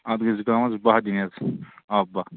اَتھ گژھِ زُکامس بہَہ دِنۍ حظ آبہٕ بہَہ